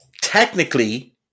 Technically